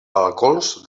balcons